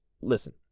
Listen